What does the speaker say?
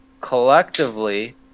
collectively